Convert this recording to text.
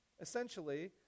Essentially